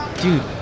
Dude